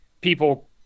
people